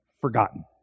forgotten